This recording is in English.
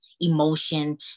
emotion